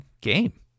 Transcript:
game